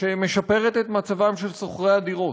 שמשפרת את מצבם של שוכרי הדירות.